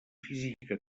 física